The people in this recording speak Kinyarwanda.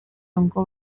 ngo